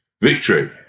Victory